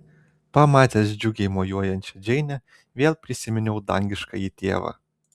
pamatęs džiugiai mojuojančią džeinę vėl prisiminiau dangiškąjį tėvą